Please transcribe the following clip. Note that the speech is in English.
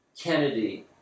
Kennedy